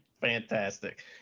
Fantastic